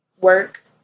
work